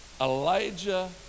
Elijah